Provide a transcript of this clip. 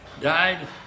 died